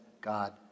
God